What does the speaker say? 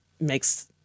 makes